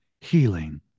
healing